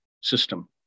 system